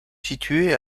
située